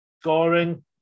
scoring